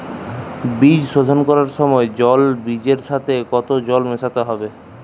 বীজ শোধন করার সময় জল বীজের সাথে কতো জল মেশাতে হবে?